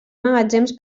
magatzems